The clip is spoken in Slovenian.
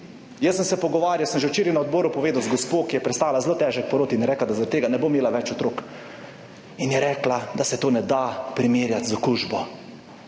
Jaz sem se pogovarjal, sem že včeraj na odboru povedal, z gospo, ki je prestala zelo težek porod in je rekla, da zaradi tega ne bo imela več otrok in je rekla, da se to ne da primerjati z okužbo,